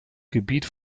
gebiet